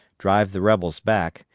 drive the rebels back,